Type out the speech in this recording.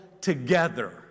together